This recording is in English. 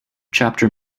chapter